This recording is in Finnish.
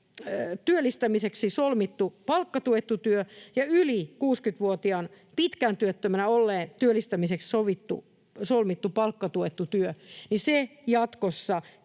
työllistämiseksi solmittu palkkatuettu työ ja yli 60-vuotiaan pitkään työttömänä olleen työllistämiseksi solmittu palkkatuettu työ jatkossa